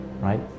right